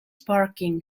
parking